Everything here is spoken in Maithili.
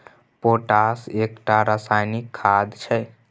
पोटाश एकटा रासायनिक खाद छै